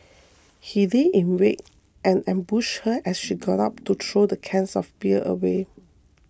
he lay in wait and ambushed her as she got up to throw the cans of beer away